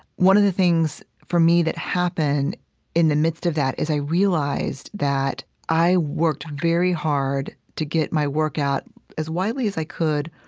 one of the things for me that happened in the midst of that is i realized that i worked very hard to get my work out as widely as i could